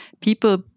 people